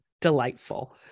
delightful